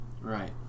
Right